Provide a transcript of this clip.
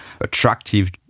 attractive